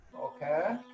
Okay